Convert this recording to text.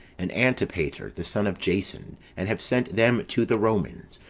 and antipater, the son of jason, and have sent them to the romans,